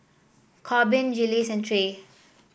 Corbin Jiles and Trae